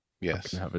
Yes